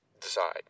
decide